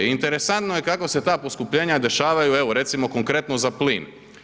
Interesantno je kako se ta poskupljenja dešavaju evo recimo konkretno za plin.